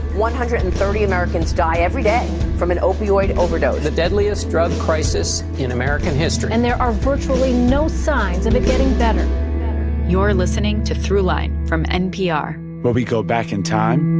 one hundred and thirty americans die every day from an opioid overdose the deadliest drug crisis in american history and there are virtually no signs of it getting better you're listening to throughline from npr where we go back in time.